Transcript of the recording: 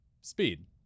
speed